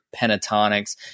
Pentatonics